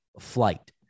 flight